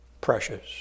precious